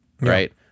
right